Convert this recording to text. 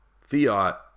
fiat